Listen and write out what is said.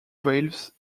valves